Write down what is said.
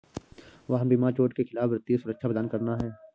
वाहन बीमा चोट के खिलाफ वित्तीय सुरक्षा प्रदान करना है